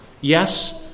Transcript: yes